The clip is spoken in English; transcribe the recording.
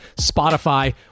Spotify